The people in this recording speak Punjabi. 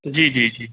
ਜੀ ਜੀ ਜੀ